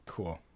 Cool